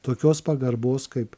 tokios pagarbos kaip